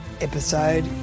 episode